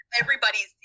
everybody's